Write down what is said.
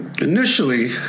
initially